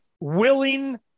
willing